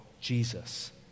Jesus